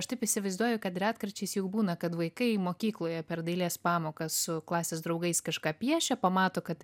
aš taip įsivaizduoju kad retkarčiais juk būna kad vaikai mokykloje per dailės pamokas su klasės draugais kažką piešia pamato kad